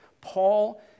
Paul